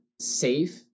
safe